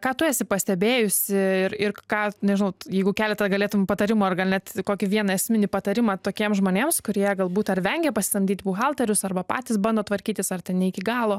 ką tu esi pastebėjusi ir ir ką nežinau jeigu keletą galėtum patarimų ar gal net kokį vieną esminį patarimą tokiem žmonėms kurie galbūt ar vengia pasisamdyt buhalterius arba patys bando tvarkytis ar ten ne iki galo